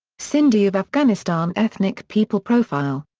sindhi of afghanistan ethnic people profile.